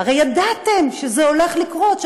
הרי ידעתם שזה הולך לקרות,